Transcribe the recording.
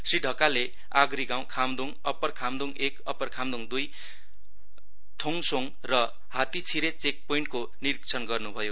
श्री ढकालले आगरिगाँउ खामदुङ अप्पर खामदुङ एक उप्पर खामदुङ दुई चोङसोङ र हात्तीछिरे चेक पोइन्टको निरीक्षण गर्नु भयो